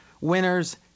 winners